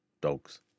dogs